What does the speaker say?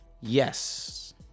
Yes